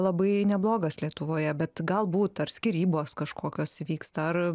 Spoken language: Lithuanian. labai neblogas lietuvoje bet galbūt ar skyrybos kažkokios įvyksta ar